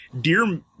Dear